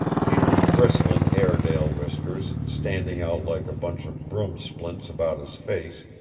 peter's bristling airedale whiskers, standing out like a bunch of broom splints about his face,